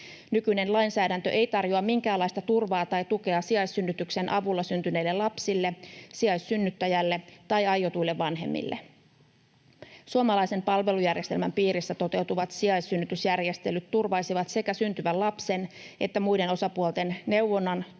Nykyinen lainsäädäntö ei tarjoa minkäänlaista turvaa tai tukea sijaissynnytyksen avulla syntyneille lapsille, sijaissynnyttäjälle tai aiotuille vanhemmille. Suomalaisen palvelujärjestelmän piirissä toteutuvat sijaissynnytysjärjestelyt turvaisivat sekä syntyvän lapsen että muiden osapuolten neuvonnan, tuen